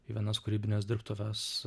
į vienas kūrybines dirbtuves